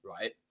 right